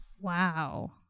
Wow